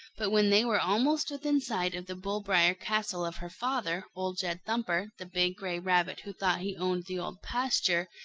but when they were almost within sight of the bull-briar castle of her father, old jed thumper, the big, gray rabbit who thought he owned the old pasture,